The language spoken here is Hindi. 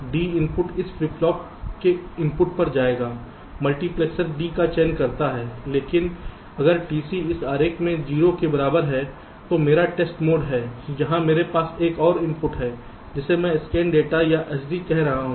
D इनपुट इस फ्लिप फ्लॉप के इनपुट पर जाएगा मल्टीप्लेक्सर D का चयन करता है लेकिन अगर TC इस आरेख में 0 के बराबर है जो मेरा टेस्ट मोड है जहां मेरे पास एक और इनपुट है जिसे मैं स्कैन डेटा या SD कह रहा हूं